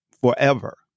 forever